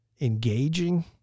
engaging